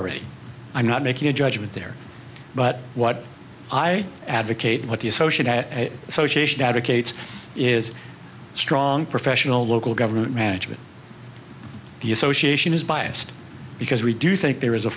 already i'm not making a judgment there but what i advocate what the associate association advocates is strong professional local government management the association is biased because we do think there is a